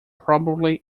probably